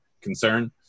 concern